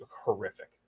horrific